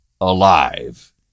alive